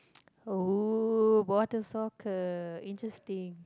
oh water soccer interesting